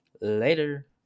later